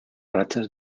rachas